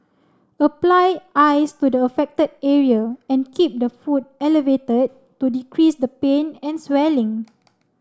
apply ice to the affected area and keep the foot elevated to decrease the pain and swelling